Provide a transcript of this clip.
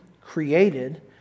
created